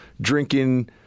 drinking